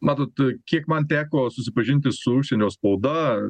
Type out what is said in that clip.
matot kiek man teko susipažinti su užsienio spauda